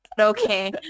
okay